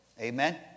Amen